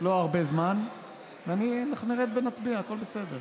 לא הרבה זמן ואנחנו נרד ונצביע, הכול בסדר.